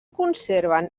conserven